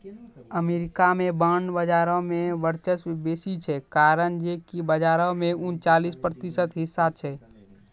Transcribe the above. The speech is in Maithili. अमेरिका मे बांड बजारो के वर्चस्व बेसी छै, कारण जे कि बजारो मे उनचालिस प्रतिशत हिस्सा छै